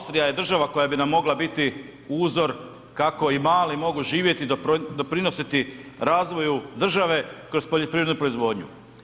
Austrija je država koja bi nam mogla biti uzor kako i mali mogu živjeti, doprinositi razvoju države kroz poljoprivrednu proizvodnju.